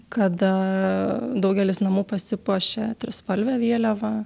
kada daugelis namų pasipuošia trispalve vėliava